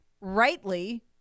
rightly